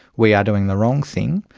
we are doing the wrong thing.